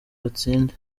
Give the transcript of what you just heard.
batsinde